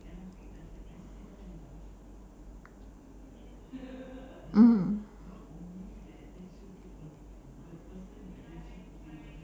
mm